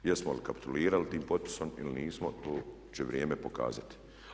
Jesmo li kapitulirali tim potpisom ili nismo to će vrijeme pokazati.